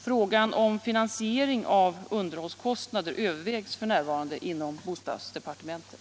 Frågan om finansiering av underhållskostnader övervägs f.n. inom bostadsdepartementet.